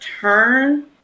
turn